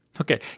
Okay